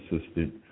assistant